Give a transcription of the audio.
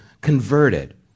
converted